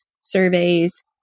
surveys